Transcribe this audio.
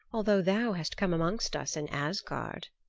although thou hast come amongst us in asgard.